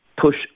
push